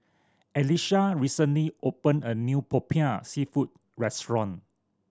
Elisha recently opened a new Popiah Seafood restaurant